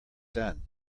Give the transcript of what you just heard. done